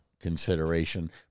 consideration